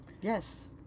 Yes